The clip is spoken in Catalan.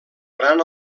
gran